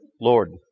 Lord